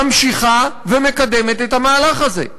ממשיכה ומקדמת את המהלך הזה.